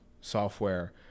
software